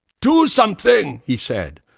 do something he said.